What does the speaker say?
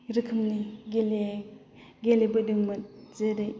रोखोमनि गेलेबोदोंमोन जेरै